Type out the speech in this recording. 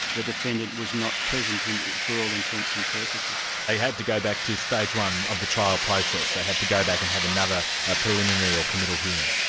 the defendant was not present and for all intents and purposes. they had to go back to stage one of the trial process, they had to go back and have another ah preliminary or committal hearing?